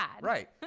Right